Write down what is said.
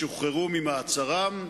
ישוחררו ממעצרם.